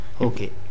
Okay